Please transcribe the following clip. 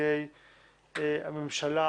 נציגי הממשלה,